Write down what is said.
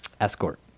Escort